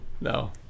No